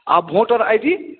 आओर voter I D